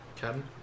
Captain